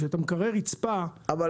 כשאתה מקרה רצפה --- אבל,